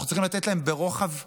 אנחנו צריכים לתת להם ברוחב יד,